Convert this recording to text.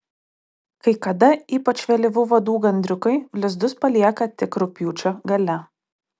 kai kada ypač vėlyvų vadų gandriukai lizdus palieka tik rugpjūčio gale